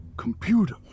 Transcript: computer